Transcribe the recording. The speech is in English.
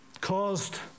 Caused